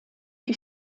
die